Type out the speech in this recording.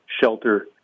shelter